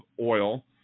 oil